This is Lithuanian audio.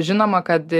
žinoma kad